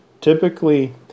Typically